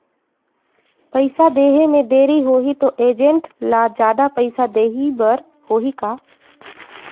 पइसा देहे मे देरी होही तो एजेंट ला जादा पइसा देही बर होही का?